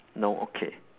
no okay